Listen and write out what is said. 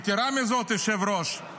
יתרה מזאת, היושב-ראש,